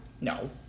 No